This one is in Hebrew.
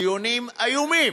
דיונים איומים,